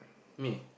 me